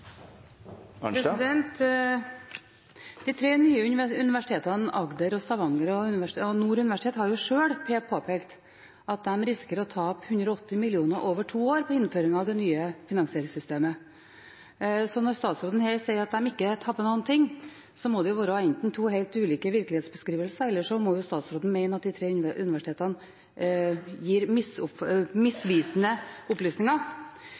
De tre nye universitetene – Agder, Stavanger og Nord universitet – har jo sjøl påpekt at de risikerer å tape 180 mill. kr over to år ved innføring av det nye finansieringssystemet. Så når statsråden her sier at de ikke taper noen ting, må det enten være to helt ulike virkelighetsbeskrivelser, eller så må statsråden mene at de tre universitetene gir misvisende opplysninger.